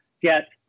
get